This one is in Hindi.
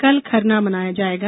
कल खरना मनाया जाएगा